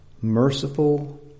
merciful